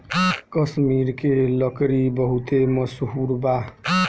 कश्मीर के लकड़ी बहुते मसहूर बा